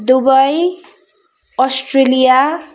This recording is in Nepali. Dubai Australia